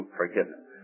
forgiveness